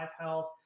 health